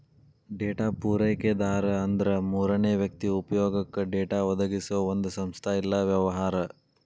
data ಪೂರೈಕೆದಾರ ಅಂದ್ರ ಮೂರನೇ ವ್ಯಕ್ತಿ ಉಪಯೊಗಕ್ಕ ಡೇಟಾ ಒದಗಿಸೊ ಒಂದ್ ಸಂಸ್ಥಾ ಇಲ್ಲಾ ವ್ಯವಹಾರ